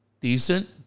Decent